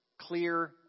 Clear